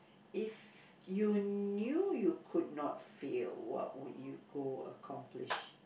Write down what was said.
if you knew you could not fail what would you go accomplish